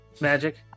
Magic